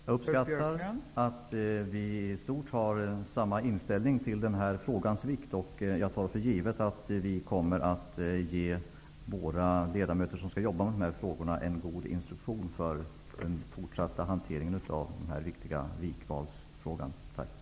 Fru talman! Jag uppskattar att vi i stort sett har samma inställning till den här frågans vikt. Jag tar för givet att vi kommer att ge våra ledamöter som skall jobba med de här frågorna en god instruktion för den fortsatta hanteringen av den här viktiga vikvalsfrågan. Tack!